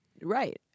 Right